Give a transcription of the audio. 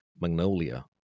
Magnolia